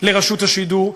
לרשות השידור,